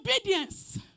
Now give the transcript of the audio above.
Obedience